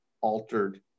altered